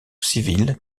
civile